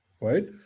right